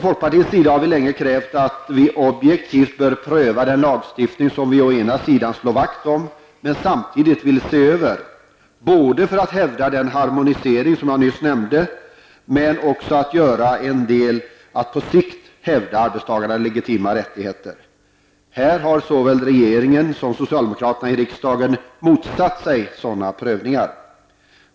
Folkpartiet har länge krävt att vi objektivt bör pröva den lagstiftning som vi slår vakt om men samtidigt vill se över, både för att hävda den harmonisering som jag nyss nämnde men också för att på sikt hävda arbetstagares legitima rättigheter. Såväl regeringen som socialdemokraterna i riksdagen har motsatt sig sådana prövningar.